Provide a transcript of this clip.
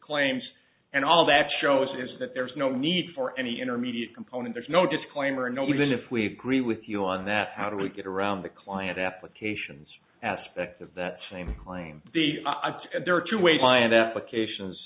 claims and all that shows is that there is no need for any intermediate component there's no disclaimer no even if we agree with you on that how do we get around the client applications aspect of that same claim the ip there are to a client applications